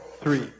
three